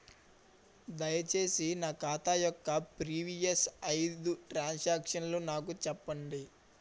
దయచేసి నా ఖాతా యొక్క ప్రీవియస్ ఐదు ట్రాన్ సాంక్షన్ నాకు చూపండి